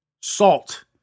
salt